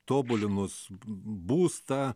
tobulinus būstą